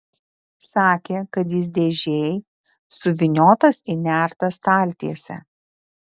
sakė kad jis dėžėj suvyniotas į nertą staltiesę